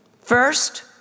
first